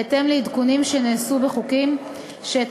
בהתאם לעדכונים שנעשו בחוקים שאת